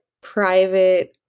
private